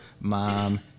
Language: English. mom